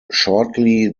shortly